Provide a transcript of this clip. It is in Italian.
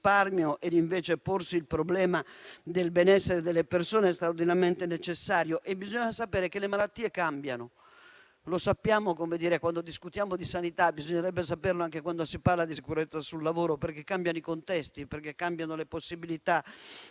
invece il problema del benessere delle persone, è straordinariamente necessario. Bisogna sapere che le malattie cambiano. Lo sappiamo quando discutiamo di sanità e bisognerebbe saperlo anche quando si parla di sicurezza sul lavoro, perché cambiano i contesti, le possibilità